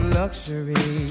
luxury